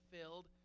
filled